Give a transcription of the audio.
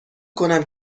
کنم